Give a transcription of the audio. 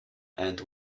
and